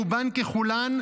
רובן ככולן,